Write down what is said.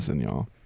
y'all